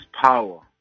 power